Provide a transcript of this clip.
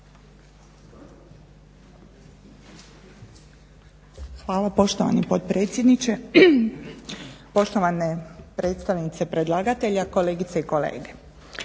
Hvala poštovani potpredsjedniče, poštovane predstavnice predlagatelja, kolegice i kolege.